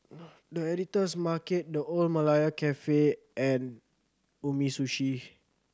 The Editor's Market The Old Malaya Cafe and Umisushi